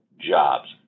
jobs